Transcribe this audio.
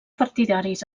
partidaris